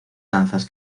lanzas